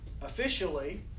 officially